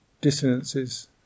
dissonances